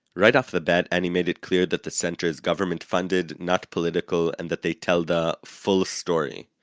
right off the bat annie made it clear that the center is government funded, not political and that they tell the full story.